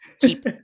keep